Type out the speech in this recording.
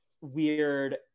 weird